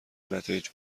نتایج